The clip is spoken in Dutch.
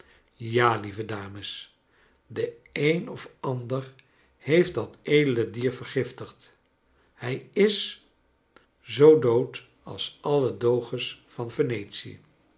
ja lieve dames de een of ander heeft dat edele dier vergiftigd hij is zoo dood als alle doges van venetiev